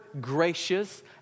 gracious